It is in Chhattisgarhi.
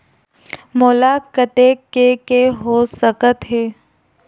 मोला कतेक के के हो सकत हे?